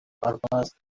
purpose